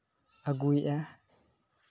ᱟᱹᱜᱩᱭᱮᱫᱼᱟ